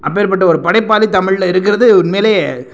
அப்பேற்பட்ட ஒரு படைப்பாளி தமிழில் இருக்குறது உண்மையில்